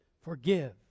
Forgive